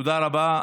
תודה רבה.